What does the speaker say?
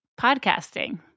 podcasting